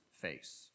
face